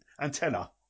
antenna